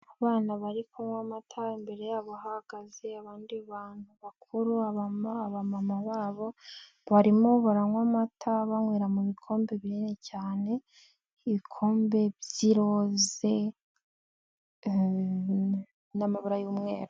Abana bari kunywa amata imbere yabo hagaze abandi bantu bakuru, abamama, abamama babo barimo baranywa amata banywera mu bikombe binini cyane ibikombe by'iroze n'amabara y'umweru.